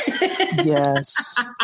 Yes